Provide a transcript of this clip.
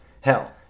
Hell